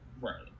Right